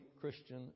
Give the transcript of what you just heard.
Christian